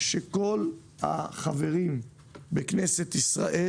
שכל החברים בכנסת ישראל